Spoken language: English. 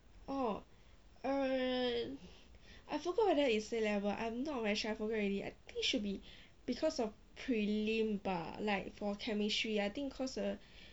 mm I forgot whether it's A level I think it should be because of prelim bah like for chemistry I think cause hor